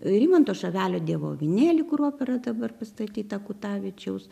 rimanto šavelio dievo avinėlį kur opera dabar pastatyta kutavičiaus